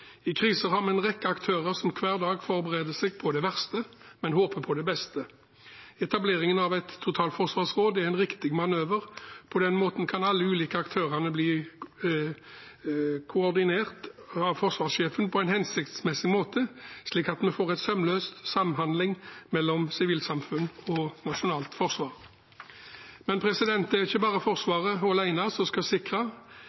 I kriser har vi en rekke aktører som hver dag forbereder seg på det verste, men håper på det beste. Etableringen av et totalforsvarsråd er en riktig manøver. På den måten kan alle de ulike aktørene bli koordinert av forsvarssjefen på en hensiktsmessig måte, slik at vi får en sømløs samhandling mellom sivilsamfunn og nasjonalt forsvar. Det er ikke bare